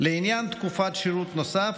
לעניין תקופת שירות נוסף,